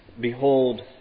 Behold